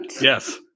Yes